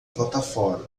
plataforma